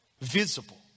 visible